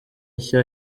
nshya